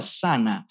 sana